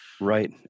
right